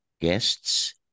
guests